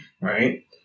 right